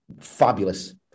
fabulous